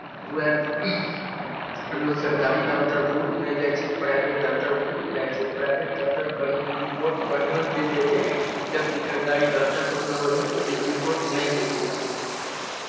उएह लोद सरतारी डाक्टर भीरु नहि जाइ छै प्राइवेट डाक्टर भीरू जाइ छै प्राइवेट डाक्टर बढ़िआँ रिपोर्ट बढ़िआँ देल जाइ छै दबति सरतारी डाक्टर ओतना बढ़िआँ रिपोर्ट नहि देल जाइ छै